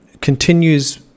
continues